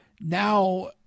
Now